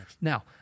Now